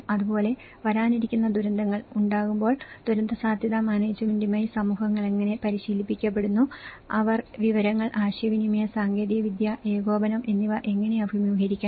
അതുപോലെ വരാനിരിക്കുന്ന ദുരന്തങ്ങൾ ഉണ്ടാകുമ്പോൾ ദുരന്തസാധ്യതാ മാനേജ്മെന്റുമായി സമൂഹങ്ങൾ എങ്ങനെ പരിശീലിപ്പിക്കപ്പെടുന്നു അവർ വിവരങ്ങൾ ആശയവിനിമയ സാങ്കേതികവിദ്യ ഏകോപനം എന്നിവ എങ്ങനെ അഭിമുഖീകരിക്കണം